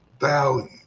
value